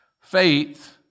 Faith